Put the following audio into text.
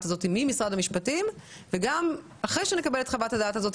הזאת ממשרד המשפטים וגם אחרי שנקבל את חוות הדעת הזאת,